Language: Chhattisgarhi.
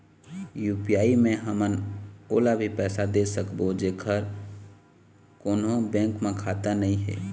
यू.पी.आई मे हमन ओला भी पैसा दे सकबो जेकर कोन्हो बैंक म खाता नई हे?